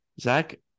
Zach